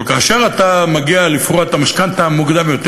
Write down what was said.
אבל כאשר אתה מגיע לפרוע את המשכנתה מוקדם יותר,